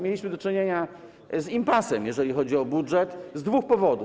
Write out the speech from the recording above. Mieliśmy do czynienia z impasem, jeżeli chodzi o budżet, z dwóch powodów.